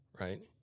right